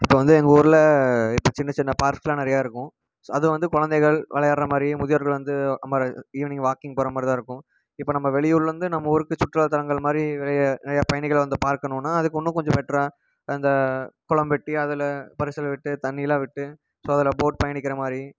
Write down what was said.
இப்போ வந்து எங்கள் ஊரில் இப்போது சின்ன சின்ன பார்க்கெலாம் நிறையா இருக்கும் அது வந்து குழந்தைகள் விளையாடுற மாதிரியும் முதியோர்கள் வந்து அமர ஈவினிங் வாக்கிங் போகிற மாதிரி தான் இருக்கும் இப்போ நம்ம வெளியூர்லேருந்து நம்ம ஊருக்கு சுற்றுலாத்தலங்கள் மாதிரி நிறைய நிறையா பயணிகள் வந்து பார்க்கணுன்னால் அதுக்கு இன்னும் கொஞ்சம் பெட்டராக அந்த குளம் வெட்டி அதில் பரிசல் விட்டு தண்ணியெலாம் விட்டு ஸோ அதில் போட் பயணிக்கிற மாதிரி